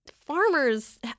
farmers